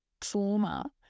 trauma